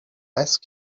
ice